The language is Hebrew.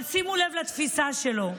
אבל שימו לב לתפיסה שלו,